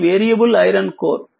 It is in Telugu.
ఇది వేరియబుల్ ఐరన్ కోర్